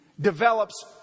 develops